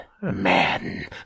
man